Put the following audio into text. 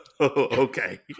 okay